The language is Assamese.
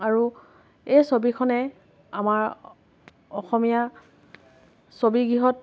আৰু এই ছবিখনে আমাৰ অসমীয়া ছবিগৃহত